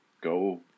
go